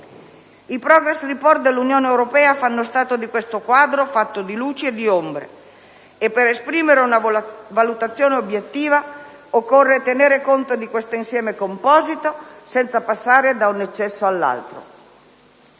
I *Progress report* dell'Unione europea fanno stato di questo quadro, fatto di luci e ombre. E per esprimere una valutazione obiettiva occorre tener conto di questo insieme composito, senza passare da un eccesso all'altro.